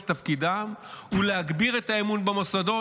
תפקידם הוא להגביר את האמון במוסדות,